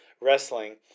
wrestling